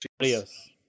Adios